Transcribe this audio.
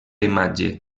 imatge